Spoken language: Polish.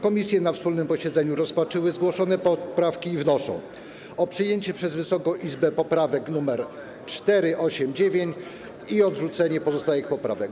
Komisje na wspólnym posiedzeniu rozpatrzyły zgłoszone poprawki i wnoszą o przyjęcie przez Wysoką Izbę poprawek 4., 8., 9. i odrzucenie pozostałych poprawek.